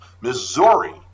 Missouri